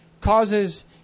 causes